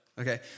okay